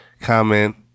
comment